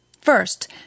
First